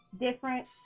different